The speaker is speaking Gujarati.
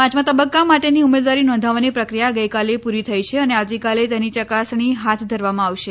પાંચમા તબક્કા માટેની ઉમેદવારી નોંધાવવાની પ્રક્રિયા ગઇકાલે પૂરી થઇ છે અને આવતીકાલે તેની યકાસણી હાથ ધરવામાં આવશે